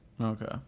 okay